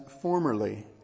formerly